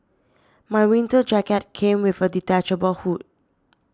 my winter jacket came with a detachable hood